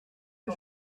que